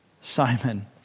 Simon